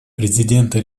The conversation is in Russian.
президента